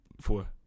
four